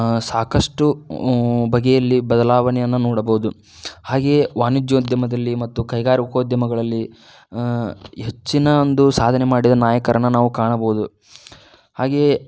ಸಾಕಷ್ಟು ಬಗೆಯಲ್ಲಿ ಬದಲಾವಣೆಯನ್ನು ನೋಡಬೋದು ಹಾಗೆಯೇ ವಾಣಿಜ್ಯೋದ್ಯಮದಲ್ಲಿ ಮತ್ತು ಕೈಗಾರಿಕೋದ್ಯಮಗಳಲ್ಲಿ ಹೆಚ್ಚಿನ ಒಂದು ಸಾಧನೆ ಮಾಡಿದ ನಾಯಕರನ್ನು ನಾವು ಕಾಣಬೋದು ಹಾಗೆಯೇ